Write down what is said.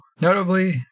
notably